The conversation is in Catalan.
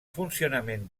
funcionament